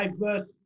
diverse